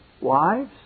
Wives